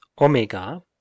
omega